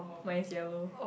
mine is yellow